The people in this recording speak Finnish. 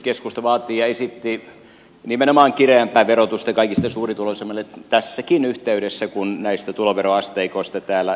keskusta vaati ja esitti nimenomaan kireämpää verotusta kaikista suurituloisimmille tässäkin yhteydessä kun näistä tuloveroasteikoista täällä päätettiin